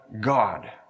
God